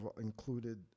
included